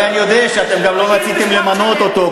הרי אני יודע שאתם גם לא רציתם למנות אותו.